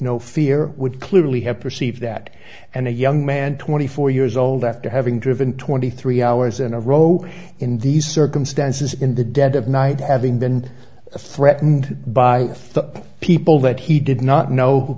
no fear would clearly have perceived that and a young man twenty four years old after having driven twenty three hours in a row in these circumstances in the dead of night having been a threatened by the people that he did not know who